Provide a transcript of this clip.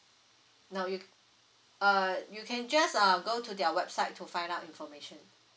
no you uh you can just uh go to their website to find out information